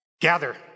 gather